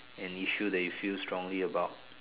an issue that you feel strongly about